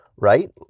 right